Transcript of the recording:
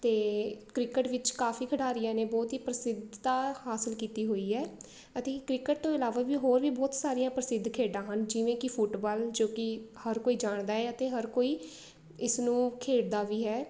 ਅਤੇ ਕ੍ਰਿਕਟ ਵਿੱਚ ਕਾਫੀ ਖਿਡਾਰੀਆਂ ਨੇ ਬਹੁਤ ਹੀ ਪ੍ਰਸਿੱਧਤਾ ਹਾਸਲ ਕੀਤੀ ਹੋਈ ਹੈ ਅਤੇ ਕ੍ਰਿਕਟ ਤੋਂ ਇਲਾਵਾ ਵੀ ਹੋਰ ਵੀ ਬਹੁਤ ਸਾਰੀਆਂ ਪ੍ਰਸਿੱਧ ਖੇਡਾਂ ਹਨ ਜਿਵੇਂ ਕਿ ਫੁੱਟਬਾਲ ਜੋ ਕਿ ਹਰ ਕੋਈ ਜਾਣਦਾ ਆ ਅਤੇ ਹਰ ਕੋਈ ਇਸਨੂੰ ਖੇਡਦਾ ਵੀ ਹੈ